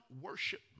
worship